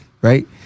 right